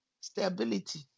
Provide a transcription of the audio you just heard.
stability